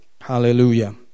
hallelujah